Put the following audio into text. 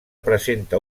presenta